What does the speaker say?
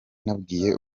nabwiye